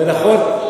נכון.